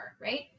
right